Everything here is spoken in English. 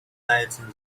lighting